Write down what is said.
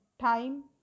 time